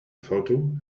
photo